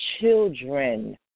children